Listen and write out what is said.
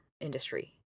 industry